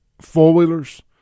four-wheelers